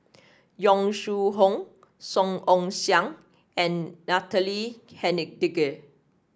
Yong Shu Hoong Song Ong Siang and Natalie Hennedige